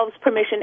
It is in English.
permission